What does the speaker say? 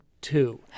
two